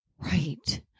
Right